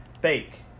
Bake